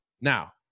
Now